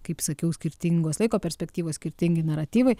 kaip sakiau skirtingos laiko perspektyvos skirtingi naratyvai